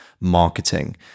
marketing